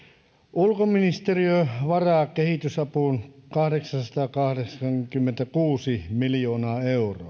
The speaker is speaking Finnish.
ulkoministeriö varaa kehitysapuun kahdeksansataakahdeksankymmentäkuusi miljoonaa euroa